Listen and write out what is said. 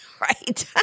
right